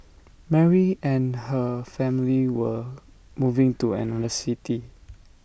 Mary and her family were moving to another city